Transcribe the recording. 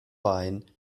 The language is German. wein